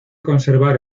conservar